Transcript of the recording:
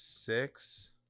Six